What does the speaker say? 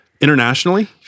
internationally